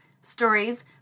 Stories